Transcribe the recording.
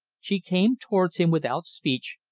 she came towards him without speech,